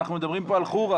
אנחנו מדברים פה על חורא.